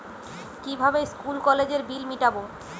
কিভাবে স্কুল কলেজের বিল মিটাব?